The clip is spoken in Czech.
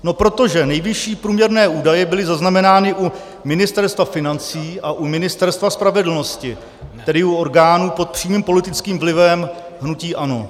No protože nejvyšší průměrné údaje byly zaznamenány u Ministerstva financí a u Ministerstva spravedlnosti, tedy u orgánů pod přímým politickým vlivem hnutí ANO.